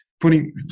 putting